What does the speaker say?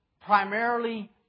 primarily